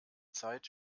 zeit